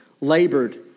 labored